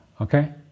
Okay